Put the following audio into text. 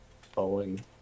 following